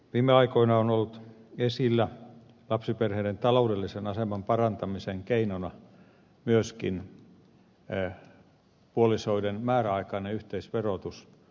viime aikoina on ollut esillä lapsiperheiden taloudellisen aseman parantamisen keinona myöskin puolisoiden määräaikainen yhteisverotus